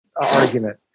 argument